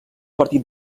partit